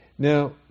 Now